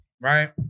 right